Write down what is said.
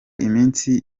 iminsi